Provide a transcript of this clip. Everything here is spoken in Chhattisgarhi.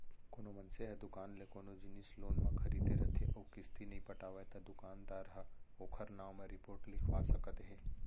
कोनो मनसे ह दुकान ले कोनो जिनिस लोन म खरीदे रथे अउ किस्ती नइ पटावय त दुकानदार ह ओखर नांव म रिपोट लिखवा सकत हे